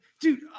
dude